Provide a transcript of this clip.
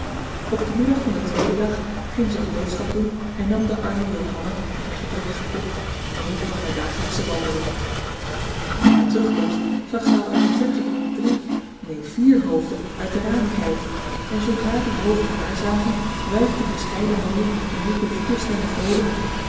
op den middag van den tweeden dag ging ze een boodschap doen en nam de arme johanna haar gebrekkige pop mee voor haar dagelijksche wandeling bij haar terugkomst zag zij al uit de verte drie neen vier hoofden uit de ramen kijken en zoodra die hoofden haar zagen wuifden verscheiden handen en riepen vier stemmen vroolijk